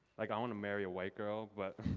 like i want to marry a white girl, but,